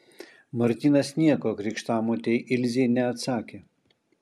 martynas nieko krikštamotei ilzei neatsakė